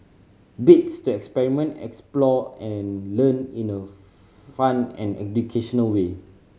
bits to experiment explore and learn in a fun and educational way